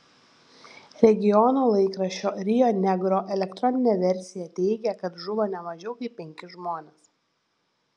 regiono laikraščio rio negro elektroninė versija teigia kad žuvo ne mažiau kaip penki žmonės